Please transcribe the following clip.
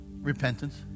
Repentance